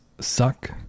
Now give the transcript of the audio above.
Suck